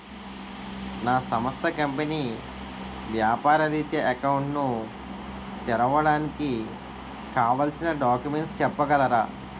నా సంస్థ కంపెనీ వ్యాపార రిత్య అకౌంట్ ను తెరవడానికి కావాల్సిన డాక్యుమెంట్స్ చెప్పగలరా?